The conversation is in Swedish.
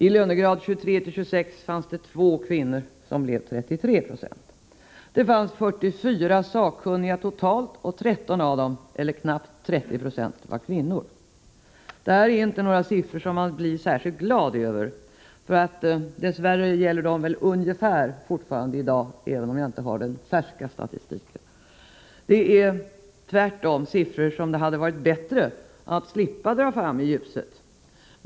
I lönegraderna 23-26 fanns det två kvinnor, och det blev 33 20. Det fanns 44 sakkunniga totalt; 13 av dem eller knappt 30 96 var kvinnor. Detta är inte några siffror som man blir glad över. Dess värre gäller väl ungefär samma siffror i dag — jag säger det även om jag inte har den färska statistiken. Det är siffror som det hade varit bättre att slippa dra fram i ljuset.